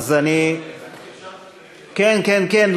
אדוני, נרשמתי ולא, כן, כן, כן.